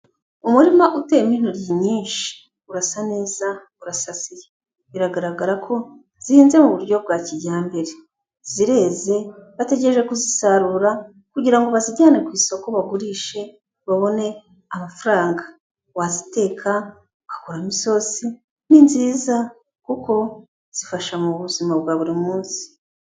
Umurima uteyemo intogi nyinshi, urasa neza urasasiye, biragaragara ko zihinze mu buryo bwa kijyambere, zireze bategereje kuzisarura kugira ngo bazijyane ku isoko bagurishe babone amafaranga, waziteka ugakoramo isosi, ni nziza kuko zifasha mu buzima bwa buri munsi.